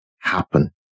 happen